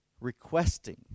requesting